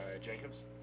Jacobs